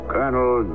Colonel